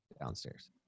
downstairs